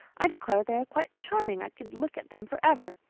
i declare they are quite charming i could look at them for ever.